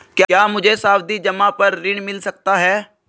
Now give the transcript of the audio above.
क्या मुझे सावधि जमा पर ऋण मिल सकता है?